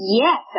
Yes